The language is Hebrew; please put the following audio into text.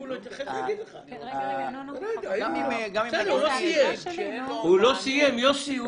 לגבי חובת הקריאה או